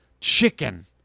chicken